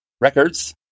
Records